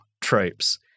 tropes